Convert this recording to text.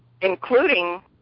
including